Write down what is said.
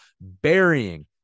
burying